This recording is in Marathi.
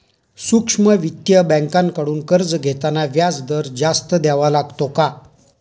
सूक्ष्म वित्तीय बँकांकडून कर्ज घेताना व्याजदर जास्त द्यावा लागतो का?